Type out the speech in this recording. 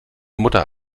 mutter